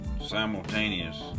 Simultaneous